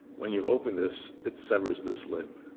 when you open this, it severs this limb.